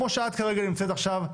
כמו שאת כרגע נמצאת עכשיו,